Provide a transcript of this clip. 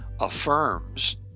affirms